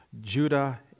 Judah